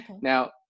Now